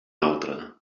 altre